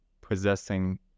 possessing